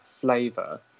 flavor